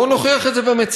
בואו ונוכיח את זה במציאות.